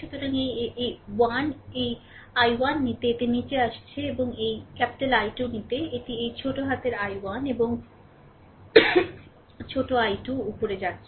সুতরাং এই এই এই 1 এই I1 নিতে এটি নিচে আসছে এবং এই I2 নিতে এটি এই ছোট I1 এবং ছোট I2 উপরে যাচ্ছে